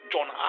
John